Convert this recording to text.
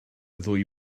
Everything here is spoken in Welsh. ddwy